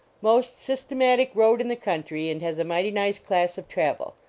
most cmatic road in the country and has a mighty nice class of travel.